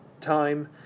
time